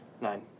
nine